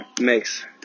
makes